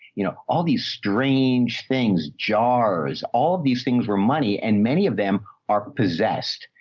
you know, all these strange things, jars, all of these things where money and many of them are possessed.